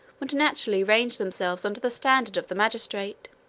would naturally range themselves under the standard of the magistrate.